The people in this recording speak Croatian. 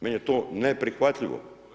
Meni je to neprihvatljivo.